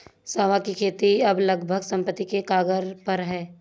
सांवा की खेती अब लगभग समाप्ति के कगार पर है